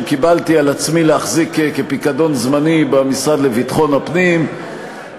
קיבלתי על עצמי להחזיק כפיקדון זמני במשרד לביטחון הפנים,